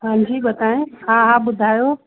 हांजी बताएं हा हा ॿुधायो